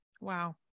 Wow